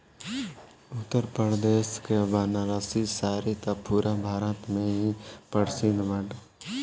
उत्तरप्रदेश के बनारसी साड़ी त पुरा भारत में ही प्रसिद्ध बाटे